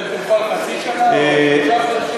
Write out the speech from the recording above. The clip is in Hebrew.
אתם תלכו על חצי שנה או שלושה חודשים?